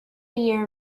year